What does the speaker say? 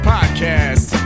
Podcast